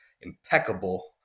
impeccable